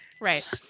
Right